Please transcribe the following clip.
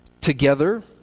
Together